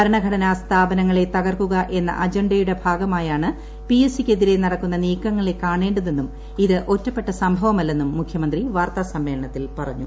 ഭരണഘടനാ സ്ഥാപനങ്ങളെ തകർക്കുക എന്ന അജണ്ടയുടെ ഭാഗമായാ ണ് പിഎസ്സിക്കെതിരെ നടക്കുന്ന നീക്കങ്ങളെ കാണേണ്ടതെന്നും ഇത് ഒറ്റപ്പെട്ട സംഭവമല്ലെന്നും മുഖ്യമന്ത്രി വാർത്താസമ്മേളനത്തിൽ പറഞ്ഞു